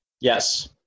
Yes